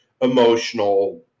emotional